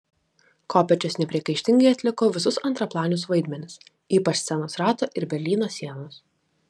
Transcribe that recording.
kopėčios nepriekaištingai atliko visus antraplanius vaidmenis ypač scenos rato ir berlyno sienos